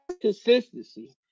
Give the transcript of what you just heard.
consistency